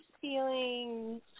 feeling